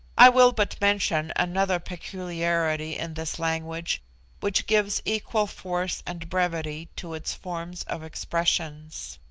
i will but mention another peculiarity in this language which gives equal force and brevity to its forms of expressions.